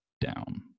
down